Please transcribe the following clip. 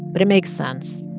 but it makes sense.